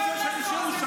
חבר הכנסת רביבו,